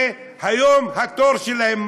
היום התור שלהם.